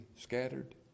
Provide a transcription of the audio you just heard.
scattered